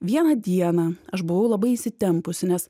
vieną dieną aš buvau labai įsitempusi nes